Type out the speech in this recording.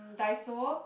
uh Daiso